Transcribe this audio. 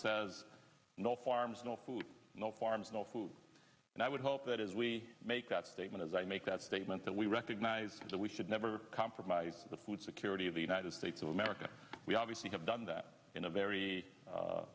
says no farms no food no farms no food and i would hope that as we make that statement as i make that statement that we recognize that we should never compromise the food security of the united states of america we obviously have done that in a very